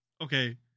okay